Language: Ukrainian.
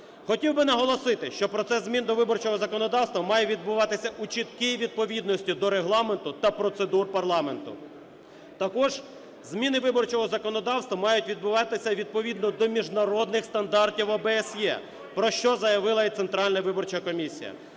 Хотів би наголосити, що процес змін до виборчого законодавства має відбуватися у чіткій відповідності до Регламенту та процедур парламенту. Також зміни виборчого законодавства мають відбуватися відповідно до міжнародних стандартів ОБСЄ, про що заявила і Центральна виборча комісія.